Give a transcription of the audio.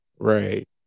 Right